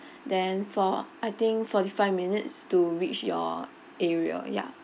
then for I think forty five minutes to reach your area ya